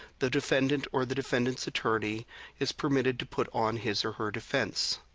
the defendant or the defendants attorney is permitted to put on his or her defense.